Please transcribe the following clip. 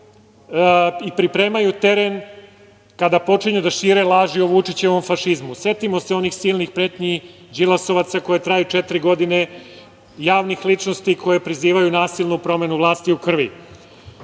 i pripremaju teren kada počinju da šire laži o Vučićevom fašizmu. Setimo se onih silnih pretnji đilasovaca koje traju četiri godine, javnih ličnosti koje prizivaju nasilnu promenu vlasti u krvi.